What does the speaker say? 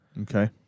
Okay